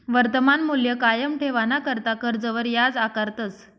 वर्तमान मूल्य कायम ठेवाणाकरता कर्जवर याज आकारतस